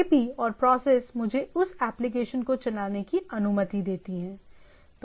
IP और process मुझे उस एप्लिकेशन को चलाने की अनुमति देती है